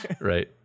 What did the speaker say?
Right